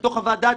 באותה חוות הדעת,